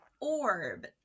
orb